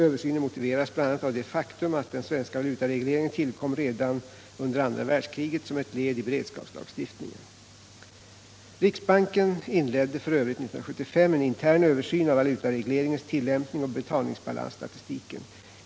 Översynen motiverades bl.a. av det faktum att den svenska valutaregleringen tillkom redan under andra världskriget som ett led i beredskapslagstiftningen. Riksbanken inledde f.ö. 1975 en intern översyn av valutaregleringens tillämpning och betalningsbalansstatistiken.